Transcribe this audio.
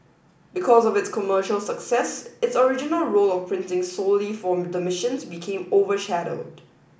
because of its commercial success its original role of printing solely for the missions became overshadowed